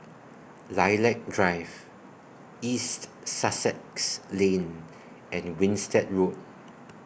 Lilac Drive East Sussex Lane and Winstedt Road